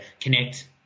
connect